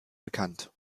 bekannt